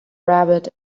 rabbit